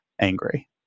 angry